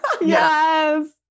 Yes